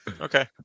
Okay